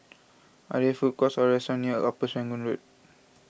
are there food courts or restaurants near Upper Serangoon Road